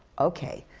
okay.